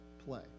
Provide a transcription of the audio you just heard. play